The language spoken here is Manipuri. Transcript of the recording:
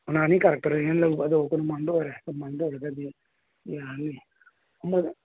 ꯈꯣꯡꯅꯥꯡ ꯑꯅꯤ ꯀꯥꯔꯛꯇꯅꯦꯅ ꯂꯧꯕ ꯑꯗꯣ ꯀꯣꯅꯨꯡꯃꯥꯡꯗ ꯑꯣꯏꯔꯦ ꯀꯣꯅꯨꯡꯃꯥꯡꯗ ꯑꯣꯏꯔꯒꯗꯤ ꯌꯥꯅꯤ